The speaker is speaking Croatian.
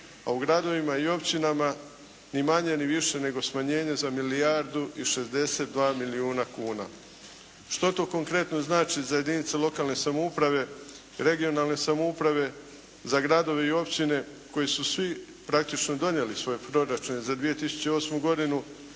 a u gradovima i općinama ni manje ni više nego smanjenje za milijardu i 62 milijuna kuna. Što to konkretno znači za jedinice lokalne samouprave i regionalne samouprave, za gradove i općine koji su svi praktično donijeli svoje proračune za 2008. godinu,